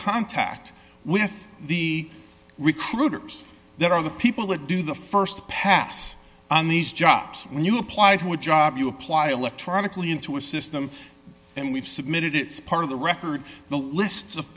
contact with the recruiters there are the people that do the st pass on these jobs when you apply to a job you apply electronically into a system and we've submitted it's part of the record the lists of